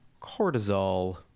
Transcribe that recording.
cortisol